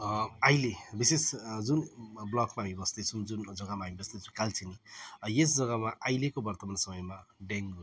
अहिले विशेष जुन ब्लकमा हामी बस्दैछौँ जुन जग्गामा हामी बस्दैछौँ कालचिनी यस जग्गामा आहिलेको वर्तमान समयमा डेङ्गी रोग